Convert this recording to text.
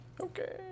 Okay